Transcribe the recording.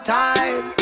time